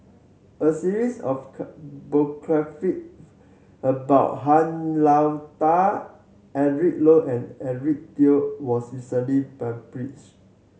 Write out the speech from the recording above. a series of about Han Lao Da Eric Low and Eric Teo was recently published